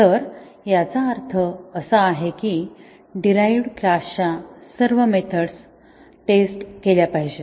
तर याचा अर्थ असा आहे की डीरहाईवड क्लासच्या सर्व मेथड्स टेस्ट केल्या पाहिजेत